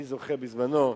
אני זוכר בזמנו,